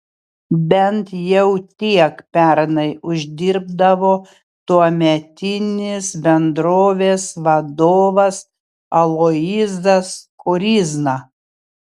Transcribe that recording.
bent jau tiek pernai uždirbdavo tuometinis bendrovės vadovas aloyzas koryzna